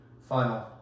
final